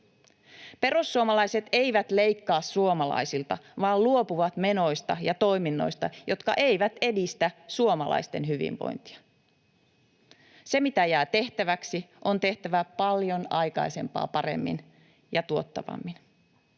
Perussuomalaiset eivät leikkaa suomalaisilta vaan luopuvat menoista ja toiminnoista, jotka eivät edistä suomalaisten hyvinvointia. Se, mitä jää tehtäväksi, on tehtävä paljon aikaisempaa paremmin ja tuottavammin.